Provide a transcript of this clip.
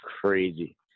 crazy